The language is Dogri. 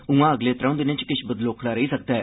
उआं अगले त्रौउ दिने च किश बदलौखड़ा रेहई सकदा ऐ